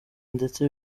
ndetse